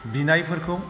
बिनायफोरखौ